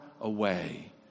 away